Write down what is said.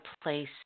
place